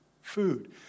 Food